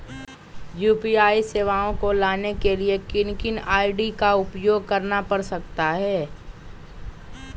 UPI सेवाएं को लाने के लिए किन किन आई.डी का उपयोग करना पड़ सकता है?